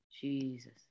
Jesus